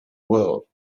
world